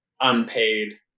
unpaid